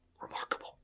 Remarkable